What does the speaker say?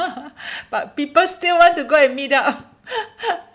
but people still want to go and meet up